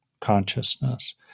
consciousness